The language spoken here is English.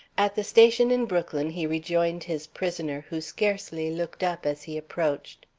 at the station in brooklyn he rejoined his prisoner, who scarcely looked up as he approached.